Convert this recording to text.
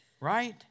Right